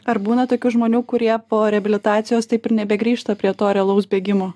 ar būna tokių žmonių kurie po reabilitacijos taip ir nebegrįžta prie to realaus bėgimo